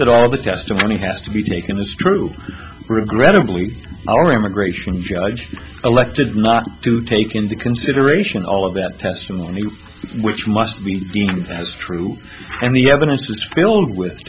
but all the testimony has to be taken as true regrettably our immigration judge elected not to take into consideration all of that testimony which must mean that it's true and the evidence was filled with